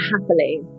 happily